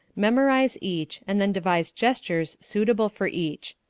memorize each, and then devise gestures suitable for each.